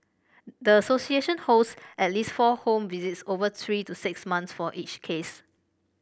the association holds at least four home visits over three to six months for each case